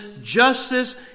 justice